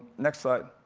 next slide.